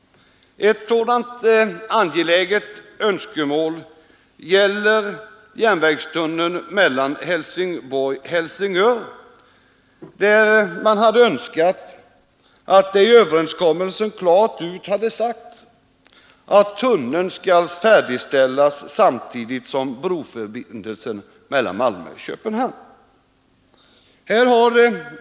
Ett sådant angeläget önskemål gäller järnvägstunneln mellan Helsingborg och Helsingör. Man hade önskat att det i överenskommelsen klart hade sagt ut att tunneln skall färdigställas samtidigt med broförbindelsen mellan Malmö och Köpenhamn.